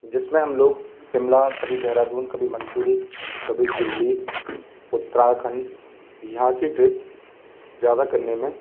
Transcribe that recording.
जिस में हम लोग शिमला कभी देहरादून कभी मसूरी कभी दिल्ली उत्तराखंड यहाँ की ट्रिप ज़्यादा करने में